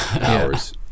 hours